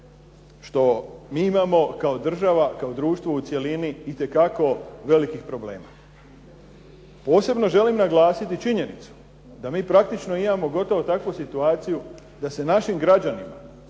što mi imamo kao država, kao društvo u cjelini itekako velikih problema. Posebno želim naglasiti činjenicu da mi praktično imamo gotovo takvu situaciju da se našim građanima